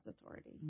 authority